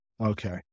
Okay